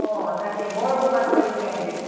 অঁ তাকেই বৰ উৎপাত কৰি থাকে আজিকালি